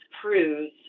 cruise